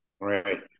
right